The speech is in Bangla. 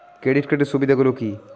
ক্রেডিট কার্ডের সুবিধা গুলো কি?